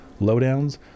lowdowns